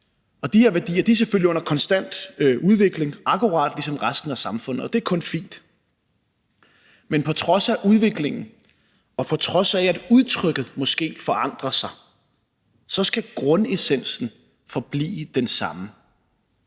De her værdier er selvfølgelig under konstant udvikling akkurat ligesom resten af samfundet, og det er kun fint. Men på trods af udviklingen og på trods af at udtrykket måske forandrer sig, så skal grundessensen forblive den samme,